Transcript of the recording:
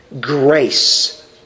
grace